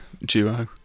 duo